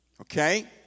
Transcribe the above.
okay